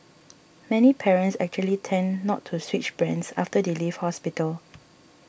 many parents actually tend not to switch brands after they leave hospital